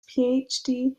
phd